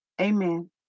Amen